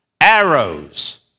arrows